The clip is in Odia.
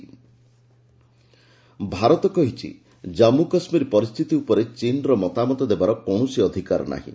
ଇଣ୍ଡିଆ ସେଜ୍ ଚାଇନା ଭାରତ କହିଛି ଜାନ୍ଧୁ କାଶ୍ମୀର ପରିସ୍ଥିତି ଉପରେ ଚୀନ୍ର ମତାମତ ଦେବାର କୌଣସି ଅଧିକାର ନାହିଁ